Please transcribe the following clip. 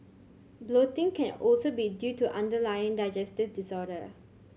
bloating can also be due to underlying digestive disorder